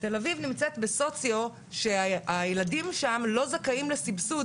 תל-אביב נמצאת בסוציו שהילדים שם לא זכאים לסבסוד.